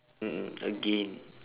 mm mm again